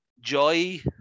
joy